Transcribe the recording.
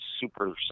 super